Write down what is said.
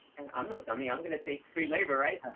and i'm no dummy. i'm going to take free labor, right?